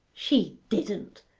she didn't!